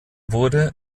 wurde